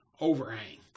overhang